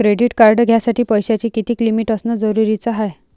Credit card घ्यासाठी पैशाची कितीक लिमिट असनं जरुरीच हाय?